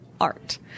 art